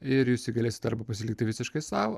ir jūs jį galėsit arba pasilikti visiškai sau